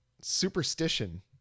Superstition